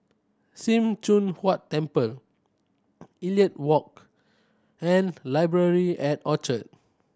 Sim Choon Huat Temple Elliot Walk and Library at Orchard